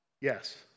Yes